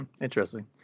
Interesting